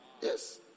Yes